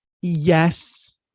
yes